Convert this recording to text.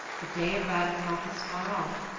the day of ragnarok is far off,